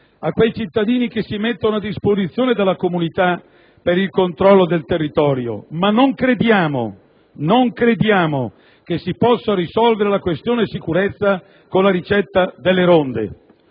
a quei cittadini che si mettono a disposizione della comunità per il controllo del territorio, ma non crediamo che si possa risolvere la questione della sicurezza con la ricetta delle ronde,